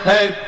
Hey